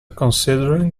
considering